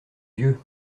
yeux